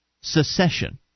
secession